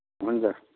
हुन्छ